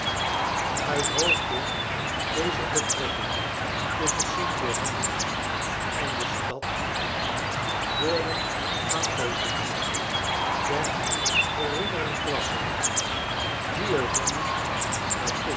hoofde dezer betrekking tusschen st johannes en de stad worden een aantal lied en der geringere klasse